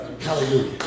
Hallelujah